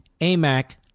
amac